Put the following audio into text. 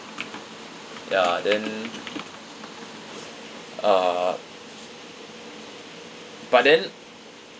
ya then uh but then